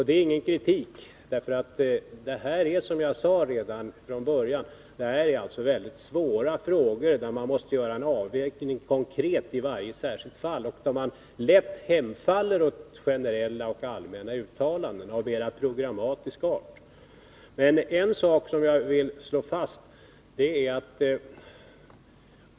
Det är ingen kritik, för detta är, som jag sade redan från början, mycket svåra frågor, där man måste göra en avvägning konkret i varje särskilt fall och där man lätt hemfaller åt generella och allmänna uttalanden av mera programmatisk art. En sak vill jag slå fast.